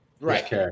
right